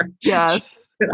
Yes